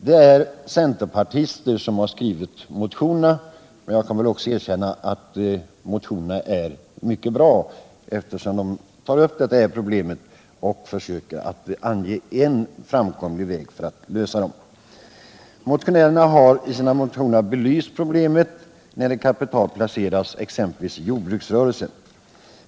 Det är centerpartister som har skrivit de motionerna. De är mycket bra eftersom de tar upp detta problem och försöker ange en framkomlig väg för att lösa det. Motionärerna har belyst problemet när ett kapital placeras exempelvis i en jordbruksrörelse.